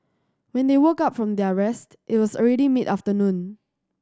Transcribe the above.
when they woke up from their rest it was already mid afternoon